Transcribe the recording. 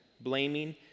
blaming